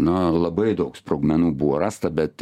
nu labai daug sprogmenų buvo rasta bet